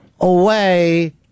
away